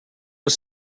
was